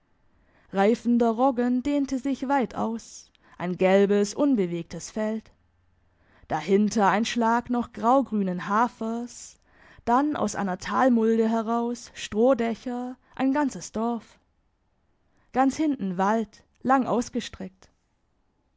reifender roggen dehnte sich weit aus ein gelbes unbewegtes feld dahinter ein schlag noch graugrünen hafers dann aus einer talmulde heraus strohdächer ein ganzes dorf ganz hinten wald lang ausgestreckt